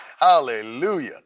Hallelujah